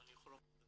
אם אני יכול לומר,